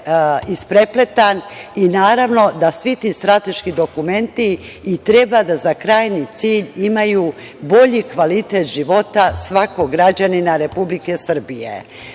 isprepletan i naravno da svi ti strateški dokumenti i treba da za krajnji cilj imaju bolji kvalitet života svakog građanina Republike Srbije.Zašto